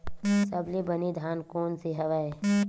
सबले बने धान कोन से हवय?